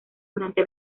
durante